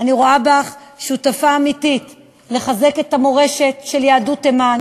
אני רואה בך שותפה אמיתית לחיזוק המורשת של יהדות תימן,